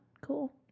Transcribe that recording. cool